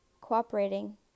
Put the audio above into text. cooperating